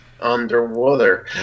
underwater